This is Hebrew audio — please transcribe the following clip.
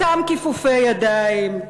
אותם כיפופי ידייים,